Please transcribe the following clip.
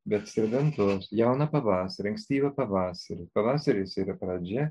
bet serbentoj jauną pavasarį ankstyvą pavasarį pavasaris yra pradžia